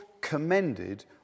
commended